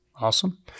Awesome